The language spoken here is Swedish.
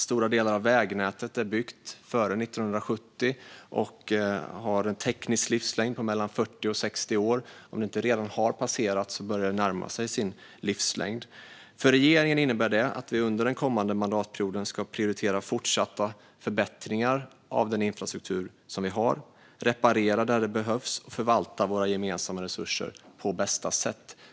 Stora delar av vägnätet är byggt före 1970 och har en teknisk livslängd på mellan 40 och 60 år. Om den inte redan har passerats börjar det närma sig sin livslängd. För regeringen innebär det att vi under den kommande mandatperioden ska prioritera fortsatta förbättringar av den infrastruktur vi har, reparera där det behövs och förvalta våra gemensamma resurser på bästa sätt.